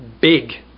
big